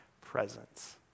presence